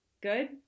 Good